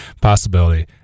possibility